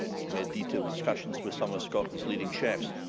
we had detailed discussions with some of scotland's leading chefs.